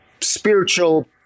spiritual